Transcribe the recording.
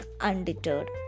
undeterred